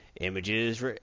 Images